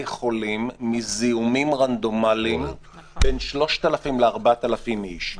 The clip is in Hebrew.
חולים מזיהומים רנדומליים בין 3,000 ל-4,000 איש.